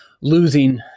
losing